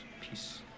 peace